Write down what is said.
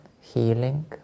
healing